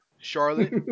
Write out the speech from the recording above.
Charlotte